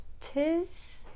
Tis